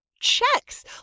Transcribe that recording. checks